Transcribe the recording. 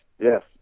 yes